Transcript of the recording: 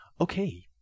okay